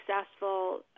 successful